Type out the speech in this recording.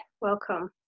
welcome